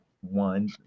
one